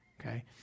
okay